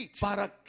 ¿para